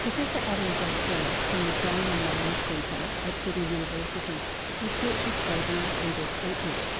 professor adam guastella from the brain and mind centre at sydney university researches phobias and their treatment.